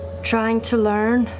trying to learn.